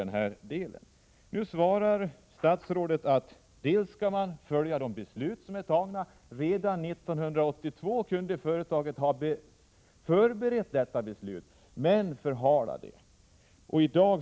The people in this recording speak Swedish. Naturvårdsverket kräver att SSAB Domnarvet senast våren 1986 skall ta ett reningsfilter i drift.